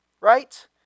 right